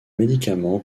médicaments